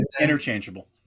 interchangeable